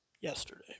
yesterday